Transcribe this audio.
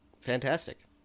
fantastic